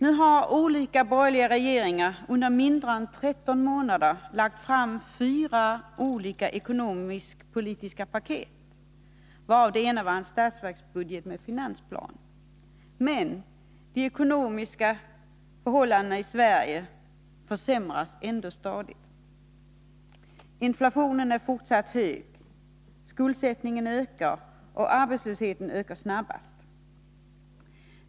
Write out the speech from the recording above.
Nu har olika borgerliga regeringar på mindre än 13 månader lagt fram fyra olika ekonomisk-politiska paket, varav det ena var en statsverksbudget med finansplan. Men de ekonomiska förhållandena i Sverige försämras ändå stadigt. Inflationen är fortsatt hög. Skuldsättningen ökar, och arbetslösheten ökar snabbast.